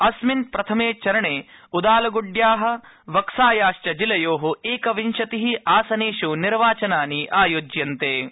अस्मिन् प्रथमे चरणे उदालगूड्या वक्सायाश्च जिलयो एकविंशति आसनेष् निर्वाचनानि आयोज्यन्ते